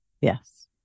yes